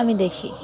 আমি দেখি